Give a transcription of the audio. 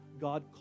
God